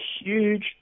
huge